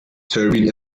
turbine